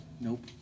Nope